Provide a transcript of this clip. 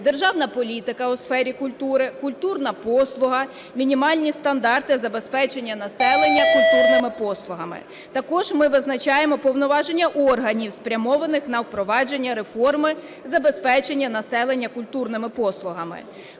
"державна політика у сфері культури", "культурна послуга", "мінімальні стандарти забезпечення населення культурними послугами". Також ми визначаємо повноваження органів, спрямованих на впровадження реформи забезпечення населення культурними послугами.